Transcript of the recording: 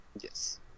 Yes